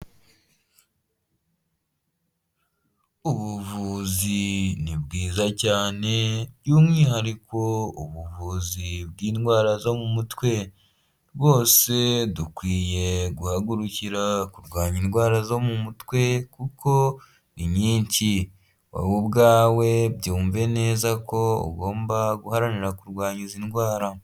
Ubuvuzi ni bwiza cyane by'umwihariko ubuvuzi bw'indwara zo mu mutwe, rwose dukwiye guhagurukira kurwanya indwara zo mu mutwe, kuko ni nyinshi. Wowe ubwawe byumve neza ko ugomba guharanira kurwanya izi ndwara.